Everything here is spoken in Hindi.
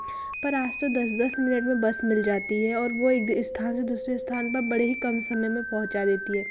पर आज तो दस दस मिनट में बस मिल जाती है और वह एक स्थान से दूसरे स्थान पर बड़े ही कम समय में पहुँचा देती है